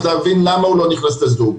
להבין למה הוא לא נכנס לזום,